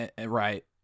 right